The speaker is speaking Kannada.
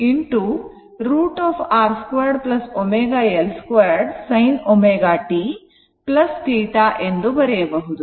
ಆದ್ದರಿಂದ v Im √ R 2 ω L 2 sin ω t θ ಎಂದು ಬರೆಯಬಹುದು